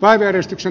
varapuhemies pekka ravi